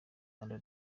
rwanda